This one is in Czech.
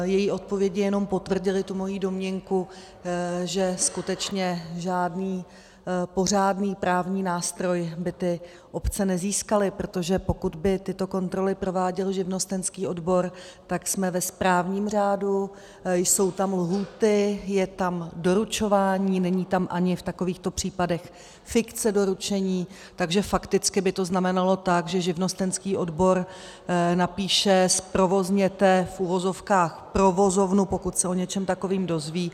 Její odpovědi jenom potvrdily moji domněnku, že skutečně žádný pořádný právní nástroj by ty obce nezískaly, protože pokud by tyto kontroly prováděl živnostenský odbor, tak jsme ve správním řádu, jsou tam lhůty, je tam doručování, není tam ani v takovýchto případech fikce doručení, takže fakticky by to znamenalo, že živnostenský odbor napíše zprovozněte, v uvozovkách, provozovnu, pokud se o něčem takovém dozví.